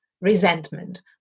resentment